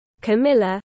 Camilla